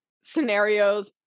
scenarios